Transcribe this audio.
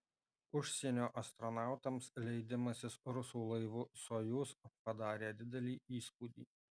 užsienio astronautams leidimasis rusų laivu sojuz padarė didelį įspūdį